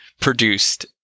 produced